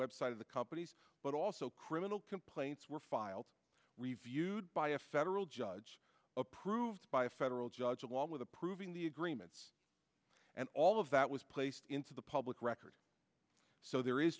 website of the companies but also criminal complaints were filed reviewed by a federal judge approved by a federal judge along with approving the agreements and all of that was placed into public record so there is